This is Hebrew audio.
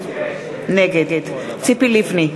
נגד ציפי לבני,